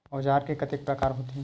औजार के कतेक प्रकार होथे?